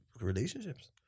relationships